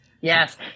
Yes